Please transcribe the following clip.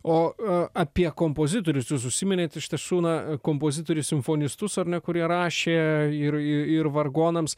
o a apie kompozitorius jūs užsiminėt iš tiesų na kompozitorius simfonistus ar ne kurie rašė ir i ir vargonams